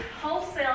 wholesale